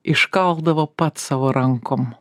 iškaldavo pats savo rankom